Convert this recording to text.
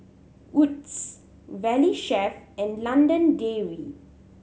Wood's Valley Chef and London Dairy